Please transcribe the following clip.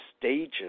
stages